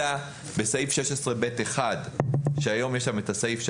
אלא בסעיף 16(ב)(1) שהיום יש שם את הסעיף,